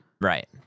Right